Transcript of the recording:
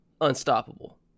unstoppable